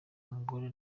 umugore